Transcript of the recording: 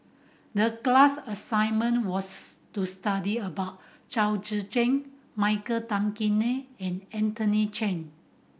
the class assignment was to study about Chao Tzee Cheng Michael Tan Kim Nei and Anthony Chen